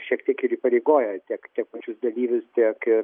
šiek tiek ir įpareigoja tiek pačius dalyvius tiek ir